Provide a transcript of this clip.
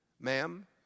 ma'am